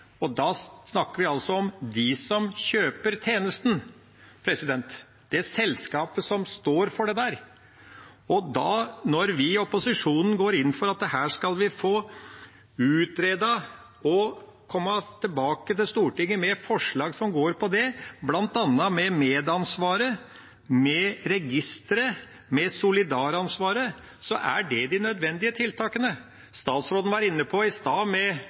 Da snakker vi altså om dem som kjøper tjenesten, det selskapet som står for det. Når vi i opposisjonen går inn for at vi skal få utredet dette, og at regjeringa skal komme tilbake til Stortinget med forslag som går på det, inkludert bl.a. medansvaret, registeret og solidaransvaret, er det de nødvendige tiltakene. Statsråden var inne på renholdssektoren i stad.